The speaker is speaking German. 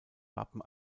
wappen